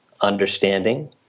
understanding